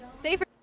safer